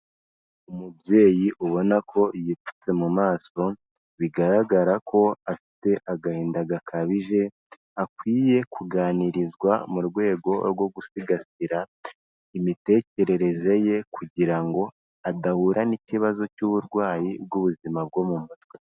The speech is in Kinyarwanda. Umubyeyi ubona ko yipfutse mu maso, bigaragara ko afite agahinda gakabije, akwiye kuganirizwa mu rwego rwo gusigasira imitekerereze ye kugira ngo adahura n'ikibazo cy'uburwayi bw'ubuzima bwo mu mutwe.